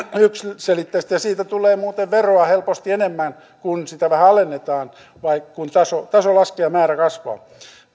yksiselitteistä ja siitä tulee muuten veroa helposti enemmän kun sitä vähän alennetaan kun taso laskee ja määrä kasvaa